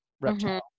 reptile